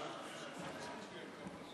תודה.